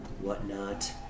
whatnot